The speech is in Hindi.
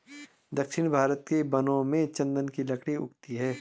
दक्षिण भारत के वनों में चन्दन की लकड़ी उगती है